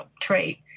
trait